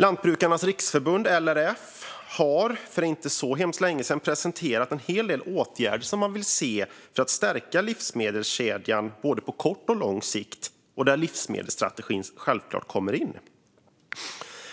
Lantbrukarnas Riksförbund, LRF, har för inte så länge sedan presenterat en del åtgärder som man vill se för att stärka livsmedelskedjan på både kort och lång sikt, och där kommer livsmedelsstrategin självklart in.